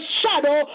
shadow